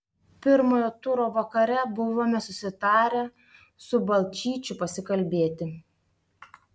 pirmojo turo vakare buvome susitarę su balčyčiu pasikalbėti